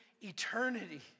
eternity